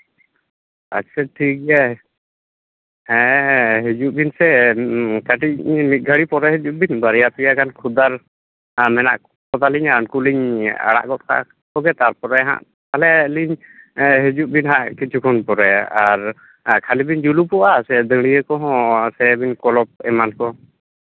ᱟᱪᱪᱷᱟ ᱴᱷᱤᱠ ᱜᱮᱭᱟ ᱦᱮᱸ ᱦᱮᱸ ᱦᱤᱡᱩᱜ ᱵᱤᱱ ᱥᱮ ᱠᱟᱹᱴᱤᱡ ᱢᱤᱫ ᱜᱷᱟᱹᱲᱤ ᱯᱚᱨᱮ ᱦᱤᱡᱩᱜ ᱵᱤᱱ ᱵᱟᱨᱭᱟ ᱯᱮᱭᱟ ᱜᱟᱱ ᱠᱷᱩᱫᱽᱫᱟᱨ ᱢᱮᱱᱟᱜ ᱠᱚᱛᱟᱞᱤᱧᱟ ᱩᱱᱠᱩ ᱞᱤᱧ ᱟᱲᱟᱜ ᱜᱚᱫ ᱠᱟᱠᱚᱜᱮ ᱛᱟᱨᱯᱚᱨᱮ ᱦᱟᱸᱜ ᱛᱟᱦᱞᱮ ᱞᱤᱧ ᱦᱤᱡᱩᱜ ᱵᱤᱱ ᱦᱟᱸᱜ ᱠᱤᱪᱷᱩᱠᱠᱷᱚᱱ ᱯᱚᱨᱮ ᱟᱨ ᱠᱷᱟᱹᱞᱤ ᱵᱤᱱ ᱡᱩᱞᱩᱯᱚᱜᱼᱟ ᱥᱮ ᱫᱟᱹᱲᱭᱟᱹ ᱠᱚᱦᱚᱸ ᱥᱮ ᱵᱤᱱ ᱠᱚᱞᱚᱯ ᱮᱢᱟᱱ ᱠᱚ